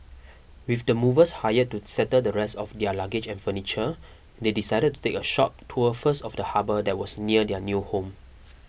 with the movers hired to settle the rest of their luggage and furniture they decided to take a short tour first of the harbour that was near their new home